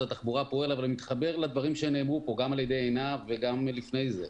התחבורה פועל אבל אני מתחבר לדברים שנאמרו פה גם על ידי עינב וגם לפני כן,